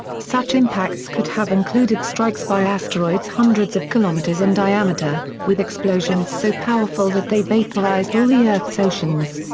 such impacts could have included strikes by asteroids hundreds of kilometers in diameter, with explosions so powerful that they vaporized all the earth's oceans.